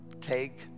Take